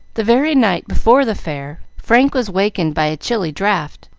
the very night before the fair, frank was wakened by a chilly draught,